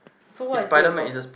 so what is it about